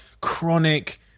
chronic